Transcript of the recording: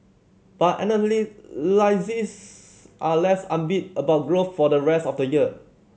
but are less upbeat about growth for the rest of the year